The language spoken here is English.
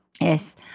Yes